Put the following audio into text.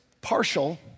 partial